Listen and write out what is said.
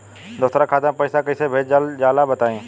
दोसरा खाता में पईसा कइसे भेजल जाला बताई?